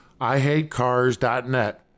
IHateCars.net